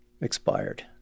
expired